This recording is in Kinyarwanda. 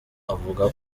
avuga